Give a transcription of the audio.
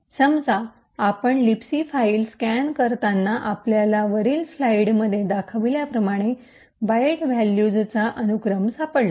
समजा आपण libc file scan करताना आपल्याला वरील स्लाइडमध्ये दाखवल्याप्रमाणे बाइट व्हॅल्यूजचा अनुक्रम सापडला